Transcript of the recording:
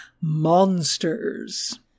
Monsters